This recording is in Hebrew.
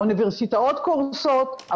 האוניברסיטאות קורסות,